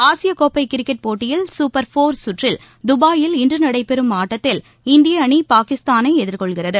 ஆசிய கோப்பை கிரிக்கெட் போட்டியில் குப்பா ஃபோா கற்றில் தபாயில் இன்று நடைபெறும் ஆட்டத்தில் இந்திய அணி பாகிஸ்தானை எதிர்கொள்கிறது